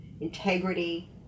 integrity